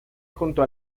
junto